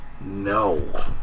no